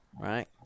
Right